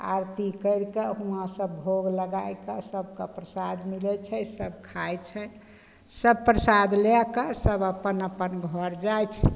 आरती करि कऽ हुँवा सब भोग लगा कऽ सबके प्रसाद मिलय छै सब खाइ छै सब प्रसाद लए कऽ सब अपन अपन घर जाइ छै